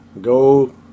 go